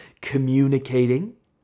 communicating